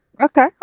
okay